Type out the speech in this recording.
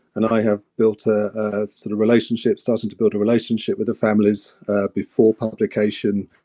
and i have built ah ah sort of relationships, starting to build a relationship with the families before publication.